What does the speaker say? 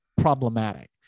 problematic